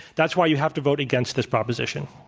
that's why you have to vote against this proposition.